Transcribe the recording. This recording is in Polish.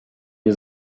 nie